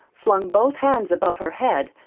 flung both hands above her head,